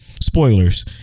spoilers